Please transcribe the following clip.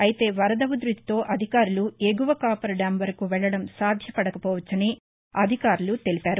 అయితే వరద ఉధ్భతితో అధికారులు ఎగువ కాఫర్ డ్యాం వరకు వెళ్లడం సాధ్యపడక పోవచ్చని అధికారులు తెలిపారు